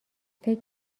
فکر